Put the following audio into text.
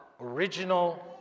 original